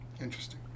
Interesting